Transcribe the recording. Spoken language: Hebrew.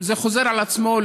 זה חוזר על עצמו,